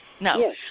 No